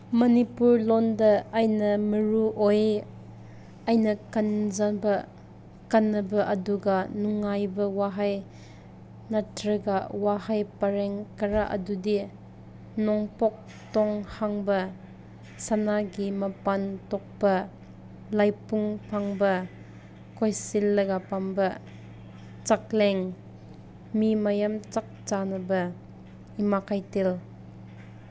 ꯃꯅꯤꯄꯨꯔ ꯂꯣꯟꯗ ꯑꯩꯅ ꯃꯔꯨ ꯑꯣꯏ ꯑꯩꯅ ꯈꯟꯖꯕ ꯀꯥꯟꯅꯕ ꯑꯗꯨꯒ ꯅꯨꯡꯉꯥꯏꯕ ꯋꯥꯍꯩ ꯅꯠꯇ꯭ꯔꯒ ꯋꯥꯍꯩ ꯄꯔꯦꯡ ꯈꯔ ꯑꯗꯨꯗꯤ ꯅꯣꯡꯄꯣꯛ ꯊꯣꯡ ꯍꯥꯡꯕ ꯁꯅꯥꯒꯤ ꯃꯄꯥꯟ ꯊꯣꯛꯄ ꯂꯩꯄꯨꯡ ꯐꯝꯕ ꯀꯣꯏꯁꯤꯜꯂꯒ ꯐꯝꯕ ꯆꯥꯛꯂꯦꯟ ꯃꯤ ꯃꯌꯥꯝ ꯆꯥꯛ ꯆꯥꯟꯅꯕ ꯏꯃꯥ ꯀꯩꯊꯦꯜ